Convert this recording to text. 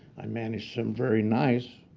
i managed some very nice,